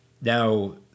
Now